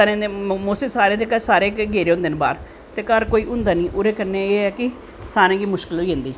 मतलव सारे दे सारे गै गेदे होंदे न बाह्र ते घर कोई होंदा नि ते ओह्दे कन्नैं एह् ऐ कि सारें गी मुश्कल होई जंदी